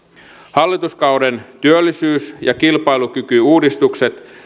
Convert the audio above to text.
hallituskauden työllisyys ja kilpailukykyuudistukset